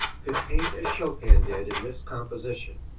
could paint as chopin did in this composition.